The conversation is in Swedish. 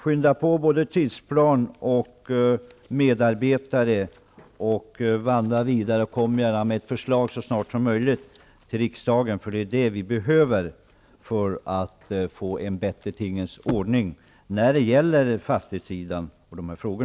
Skynda på med både tidplan och medarbetare, och vandra vidare! Kom gärna med ett förslag så snart som möjligt till riksdagen. Det är vad vi behöver för att få en bättre tingens ordning när det gäller fastighetssidan och dessa frågor.